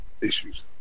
issues